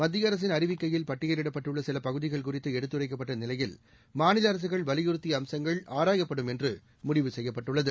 மத்திய அரசின் அறிவிக்கையில் பட்டியலிடப்பட்டுள்ள சில பகுதிகள் குறித்து எடுத்துரைக்கப்பட்ட நிலையில் மாநில அரசுகள் வலியுறுத்திய அம்சங்கள் ஆராயப்படும் என்று முடிவு செய்யப்பட்டுள்ளது